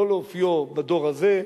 לא לאופיו בדור הזה,